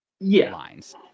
lines